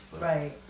Right